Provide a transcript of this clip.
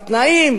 בתנאים